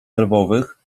nerwowych